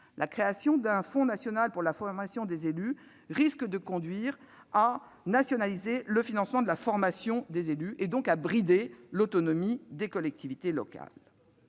la création d'un fonds national pour la formation des élus risque de conduire à nationaliser le financement de la formation des élus, ce qui reviendrait à brider l'autonomie des collectivités locales.